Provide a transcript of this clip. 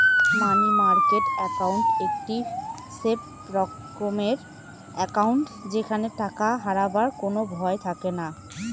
মানি market account একটি safe রকমের account যেখানে টাকা হারাবার কোনো ভয় থাকেনা